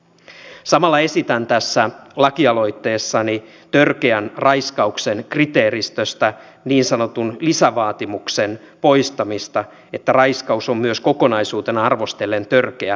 samalla esitän tässä lakialoitteessani törkeän raiskauksen kriteeristöstä niin sanotun lisävaatimuksen poistamista että raiskaus on myös kokonaisuutena arvostellen törkeä